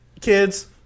kids